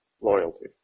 loyalty